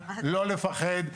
אין מה לפחד,